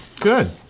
Good